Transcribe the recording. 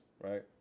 right